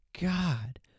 God